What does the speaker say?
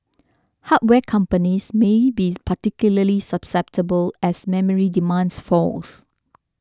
hardware companies may be particularly susceptible as memory demand falls